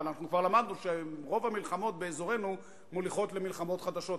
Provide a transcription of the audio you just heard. אבל אנחנו כבר למדנו שרוב המלחמות באזורנו מוליכות למלחמות חדשות,